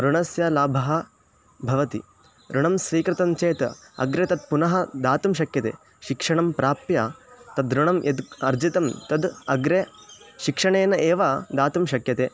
ऋणस्य लाभः भवति ऋणं स्वीकृतं चेत् अग्रे तत् पुनः दातुं शक्यते शिक्षणं प्राप्य तदृणं यद् अर्जितं तद् अग्रे शिक्षणेन एव दातुं शक्यते